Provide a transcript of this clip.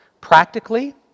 Practically